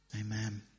Amen